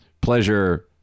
pleasure